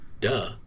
duh